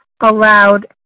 allowed